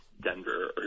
Denver